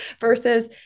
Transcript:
versus